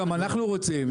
גם אנחנו רוצים,